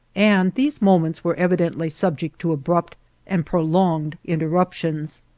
and these moments were evidently subject to abrupt and prolonged interruptions.